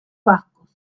vascos